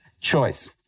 choice